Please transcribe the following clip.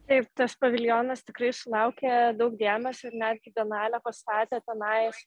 taip tas paviljonas tikrai sulaukia daug dėmesio ir netgi bienalė pastatė tenais